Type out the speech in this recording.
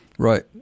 Right